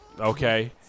okay